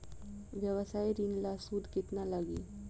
व्यवसाय ऋण ला सूद केतना लागी?